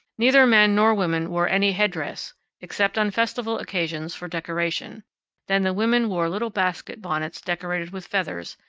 neither men nor women wore any headdress except on festival occasions for decoration then the women wore little basket bonnets decorated with feathers,